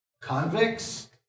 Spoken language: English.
convicts